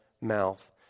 mouth